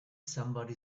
somebody